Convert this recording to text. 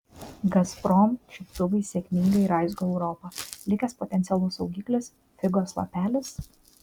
gazprom čiuptuvai sėkmingai raizgo europą likęs potencialus saugiklis figos lapelis